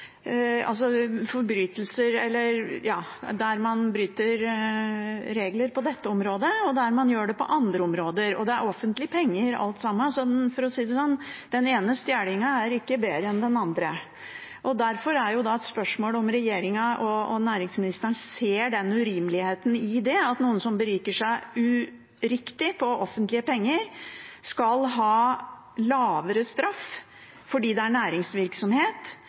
på dette området, og hvordan man gjør det på andre områder. Det er offentlige penger, alt sammen, så for å si det sånn: Den ene stjelinga er ikke bedre enn den andre. Derfor er det et spørsmål om regjeringen og næringsministeren ser urimeligheten i det: at noen som beriker seg uriktig på offentlige penger, skal ha lavere straff fordi det er næringsvirksomhet,